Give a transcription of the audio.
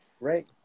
Right